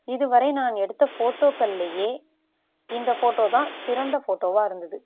இதுவரை நான் எடுத்த ஃபோட்டோக்கள்லேயே இந்த ஃபோட்டோதான் சிறந்த ஃபோட்டோவாக இருந்தது